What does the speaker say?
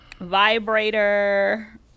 vibrator